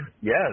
Yes